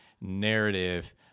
narrative